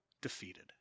defeated